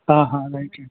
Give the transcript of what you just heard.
હા હા right right